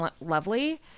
lovely